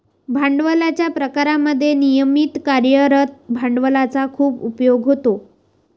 भांडवलाच्या प्रकारांमध्ये नियमित कार्यरत भांडवलाचा खूप उपयोग होतो